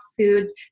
foods